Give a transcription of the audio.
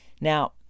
Now